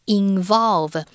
involve